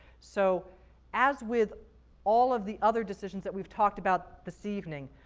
so as with all of the other decisions that we've talked about this evening,